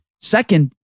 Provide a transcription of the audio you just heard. Second